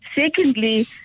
Secondly